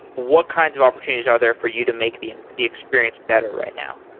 what kinds of opportunities are there for you to make the and the experience better right now?